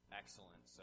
excellent